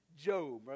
Job